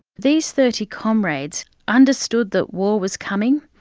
these thirty comrades understood that war was coming.